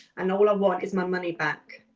and all i want is my money back.